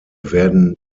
werden